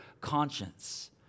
conscience